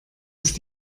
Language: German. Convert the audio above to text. ist